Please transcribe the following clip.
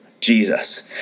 Jesus